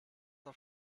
auf